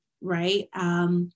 right